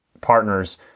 partners